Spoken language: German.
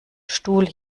stuhl